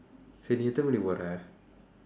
சரி நீ எத்தனே மணிக்கு போறே:sari nii eththanee manikku pooree